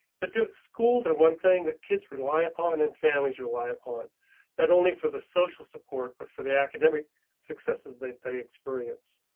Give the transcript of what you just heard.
but do schools are one thing that kids rely upon in families rely upon not and only for the social support, but for the academic successes that they experience.